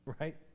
right